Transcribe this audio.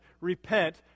Repent